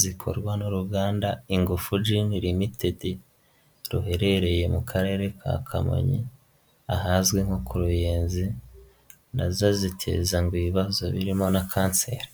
zikorwa n'uruganda Ingufu Gin Ltd ruherereye mu Karere ka Kamonyi ahazwi nko ku Ruyenzi na zo ziteza ngo ibibazo birimo na kanseri.